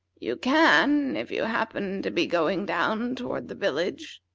you can, if you happen to be going down toward the village.